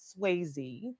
Swayze